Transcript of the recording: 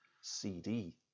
CD